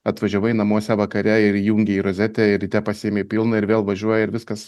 atvažiavai namuose vakare ir įjungei į rozetę ir ryte pasiėmei pilną ir vėl važiuoji ir viskas